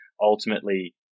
ultimately